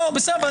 בסדר,